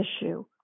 issue